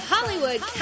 Hollywood